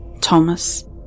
Thomas